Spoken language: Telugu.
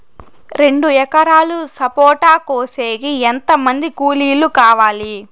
రెండు ఎకరాలు సపోట కోసేకి ఎంత మంది కూలీలు కావాలి?